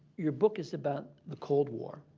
your book is about the cold war,